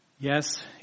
Yes